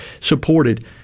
supported